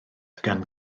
gan